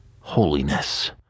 holiness